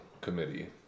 committee